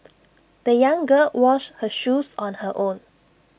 the young girl washed her shoes on her own